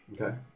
Okay